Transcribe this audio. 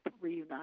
reunite